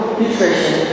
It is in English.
nutrition